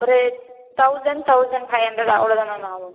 ஒரு thousand thousand five hundred அவ்வளோதான் ma'am ஆகும்